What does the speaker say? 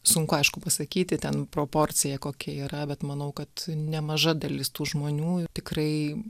sunku aišku pasakyti ten proporcija kokia yra bet manau kad nemaža dalis tų žmonių tikrai